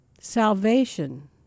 Salvation